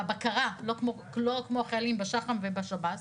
בבקרה, לא כמו החיילים בשח"מ ובשב"ס.